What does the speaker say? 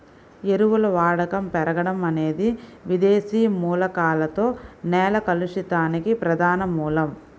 ఎరువుల వాడకం పెరగడం అనేది విదేశీ మూలకాలతో నేల కలుషితానికి ప్రధాన మూలం